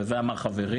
ואת זה אמר גם חברי,